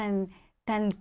and and